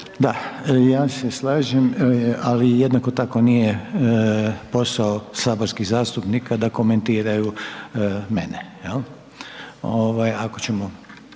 Da, ja se slažem, ali jednako tako nije posao saborskih zastupnika da komentiraju mene, jel,